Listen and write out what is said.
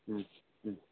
হুম হুম